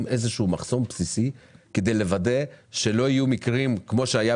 איזשהו מחסום בסיסי כדי לוודא שלא יהיו מקרים כמו שהיה